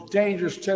dangerous